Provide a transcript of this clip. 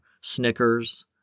Snickers